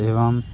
एवम